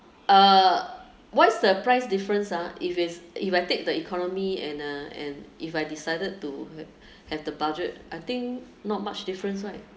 uh what's the price difference ah if it's if I take the economy and uh and if I decided to have the budget I think not much difference right